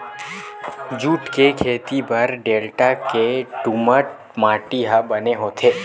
jute के खेती बर डेल्टा के दुमट माटी ह बने होथे